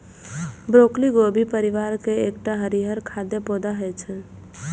broccoli गोभी परिवार केर एकटा हरियर खाद्य पौधा होइ छै